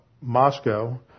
Moscow